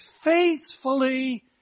faithfully